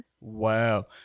Wow